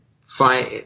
find